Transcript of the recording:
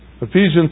Ephesians